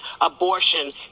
abortion